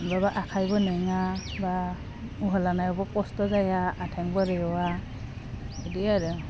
बहाबा आखाइबो नोङा बा उहा लानायावबो खस्थ' जाया आथेंबो रेवा बिदि आरो